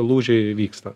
lūžiai vyksta